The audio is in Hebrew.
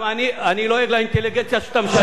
אני לועג לאינטליגנציה שאתה משדר.